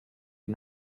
wie